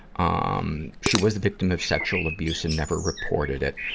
um she was the victim of sexual abuse and never reported it.